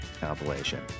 compilation